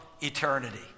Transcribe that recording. eternity